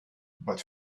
but